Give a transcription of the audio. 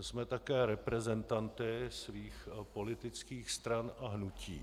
jsme také reprezentanty svých politických stran a hnutí.